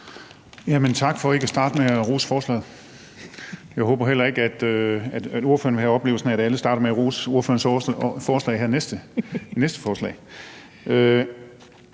Tak for ikke at starte med at rose forslaget. Jeg håber heller ikke, at ordføreren vil have oplevelsen af, at alle starter med at rose ordførerens forslag ved næste punkt.